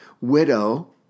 widow